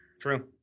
True